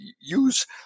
use